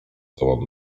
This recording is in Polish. sobą